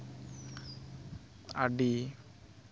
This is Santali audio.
ᱟᱹᱰᱤ